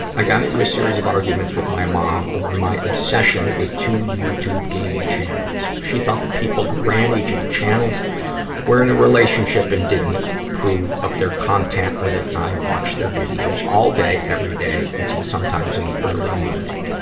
i got into a series of arguments with my mom over my obsession with two youtube gaming channels. she thought the people who ran each of the channels were in a relationship and didn't approve of their content or that i watched their videos all day, every day until sometimes in the early morning.